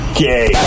gay